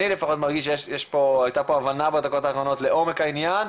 אני לפחות מרגיש שהייתה פה הבנה בדקות האחרונות לעומק העניין,